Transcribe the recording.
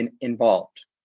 involved